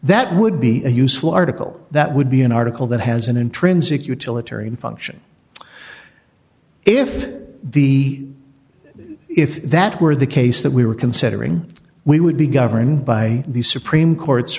that would be a useful article that would be an article that has an intrinsic utilitarian function if the if that were the case that we were considering we would be governed by the supreme court's